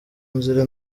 nzira